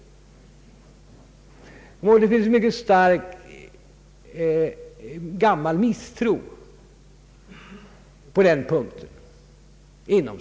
Det finns inom socialdemokratin en mycket gammal misstro på den punkten.